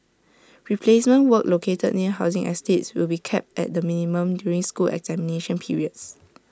replacement work located near housing estates will be kept at the minimum during school examination periods